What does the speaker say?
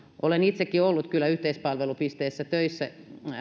olen itsekin ollut kyllä yhteispalvelupisteessä töissä